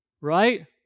right